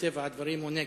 מטבע הדברים הוא נגד.